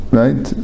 right